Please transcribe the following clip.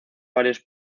varios